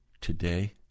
today